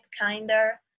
kinder